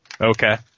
Okay